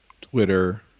Twitter